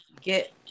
get